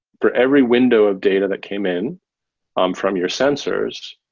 for every window of data that came in um from your sensors,